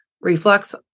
reflux